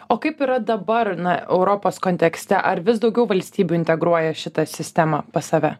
o kaip yra dabar na europos kontekste ar vis daugiau valstybių integruoja šitą sistemą pas save